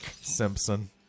Simpson